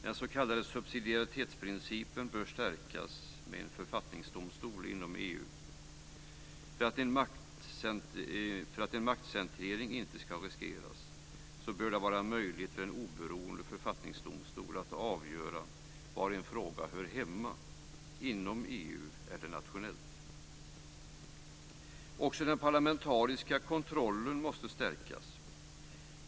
Den s.k. subsidiaritetsprincipen bör stärkas med en "författningsdomstol" inom EU. För att en maktcentralisering inte ska riskeras bör det vara möjligt för en oberoende författningsdomstol att avgöra var en fråga hör hemma, inom EU eller nationellt. Också den parlamentariska kontrollen måste stärkas.